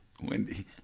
Wendy